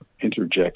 interject